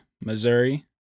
missouri